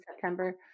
September